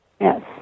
Yes